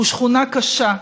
הוא שכונה קשה,